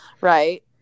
right